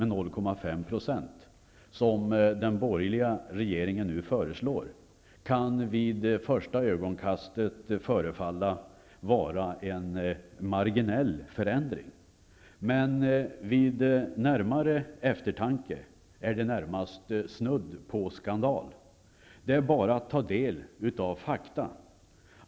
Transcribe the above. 0,5 %, som den borgerliga regeringen nu föreslår, kan vid första ögonkastet förefalla vara en marginell förändring, men vid närmare eftertanke är det snudd på skandal. Det är bara att ta del av fakta.